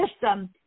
system